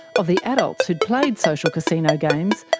of the adults who'd played social casino games,